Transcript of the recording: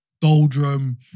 doldrum